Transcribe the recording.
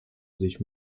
sich